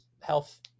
health